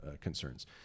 concerns